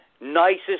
nicest